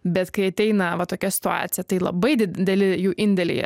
bet kai ateina va tokia situacija tai labai dideli jų indėliai